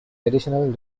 additional